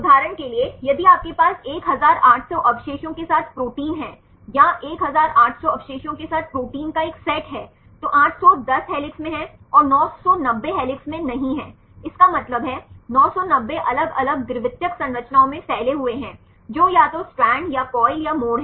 उदाहरण के लिए यदि आपके पास 1800 अवशेषों के साथ प्रोटीन है या 1800 अवशेषों के साथ प्रोटीन का एक सेट है तो 810 हेलिक्स में हैं और 990 हेलिक्स में नहीं हैं इसका मतलब है 990 अलग अलग द्वितीयक संरचनाओं में फैले हुए हैं जो या तो स्ट्रैंड या कॉइल या मोड़ हैं